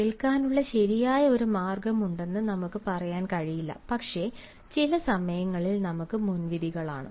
കേൾക്കാനുള്ള ശരിയായ ഒരു മാർഗ്ഗം ഉണ്ടെന്നു നമുക്ക് പറയാൻ കഴിയില്ല പക്ഷേ ചില സമയങ്ങളിൽ നമുക്ക് മുൻവിധികളാണ്